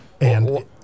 And-